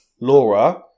Laura